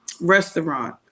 restaurant